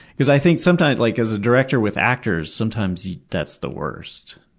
because i think sometimes, like as a director with actors, sometimes yeah that's the worst,